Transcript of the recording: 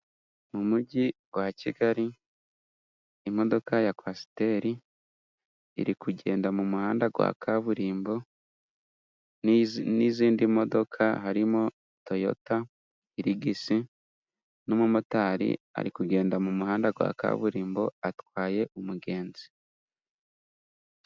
Mu Mujyi wa Kigali imodoka ya kwasiteri iri kugenda mu muhanda gwa kaburimbo n'izindi modoka harimo toyota, hiligisi n'umumotari ari kugenda mu muhanda gwa kaburimbo atwaye umugenzi.